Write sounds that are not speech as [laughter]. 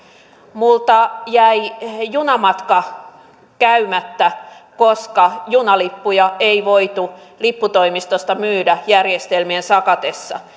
minulta jäi junamatka käymättä koska junalippuja ei voitu lipputoimistosta myydä järjestelmien sakatessa [unintelligible]